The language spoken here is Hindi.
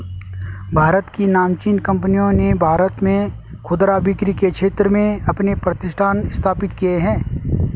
भारत की नामचीन कंपनियों ने भारत में खुदरा बिक्री के क्षेत्र में अपने प्रतिष्ठान स्थापित किए हैं